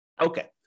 Okay